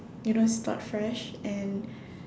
you know start fresh and